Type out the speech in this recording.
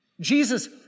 Jesus